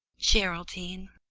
geraldine,